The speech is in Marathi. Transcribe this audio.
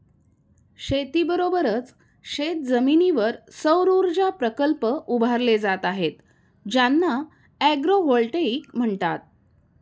शेतीबरोबरच शेतजमिनीवर सौरऊर्जा प्रकल्प उभारले जात आहेत ज्यांना ॲग्रोव्होल्टेईक म्हणतात